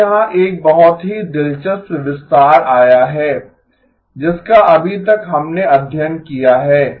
अब यहाँ एक बहुत ही दिलचस्प विस्तार आया है जिसका अभी तक हमने अध्यन किया है